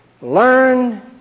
Learn